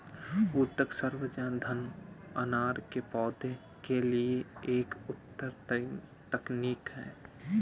ऊतक संवर्धन अनार के पौधों के लिए एक उन्नत तकनीक है